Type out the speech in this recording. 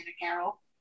Carol